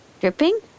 Dripping